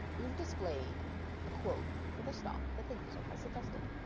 you've displayed a quote for the stock that the user has suggested.